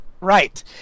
Right